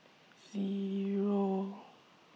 Zero